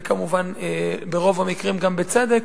וכמובן ברוב המקרים גם בצדק,